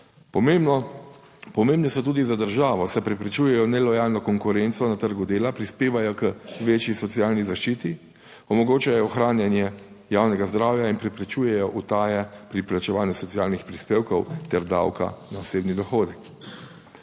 pomembne so tudi za državo, saj preprečujejo nelojalno konkurenco na trgu dela, prispevajo k večji socialni zaščiti, omogočajo ohranjanje javnega zdravja in preprečujejo utaje pri plačevanju socialnih prispevkov ter davka na osebni dohodek.